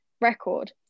record